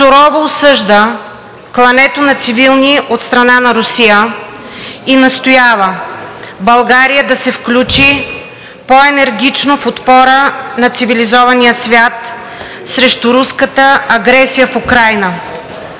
сурово осъжда клането на цивилни от страна на Русия и настоява България да се включи по-енергично в отпора на цивилизования свят срещу руската агресия в Украйна.